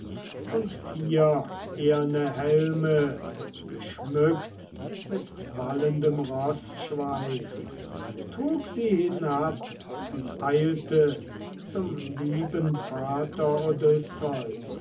und vier eherne helme geschmückt mit wallendem roßschweif trug sie hinab und eilte zum lieben vater